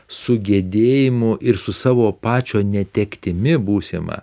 su gedėjimu ir su savo pačio netektimi būsima